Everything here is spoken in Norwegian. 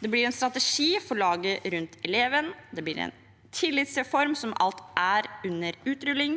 Det blir en strategi for laget rundt eleven, det blir en tillitsreform, som alt er under utrulling,